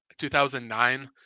2009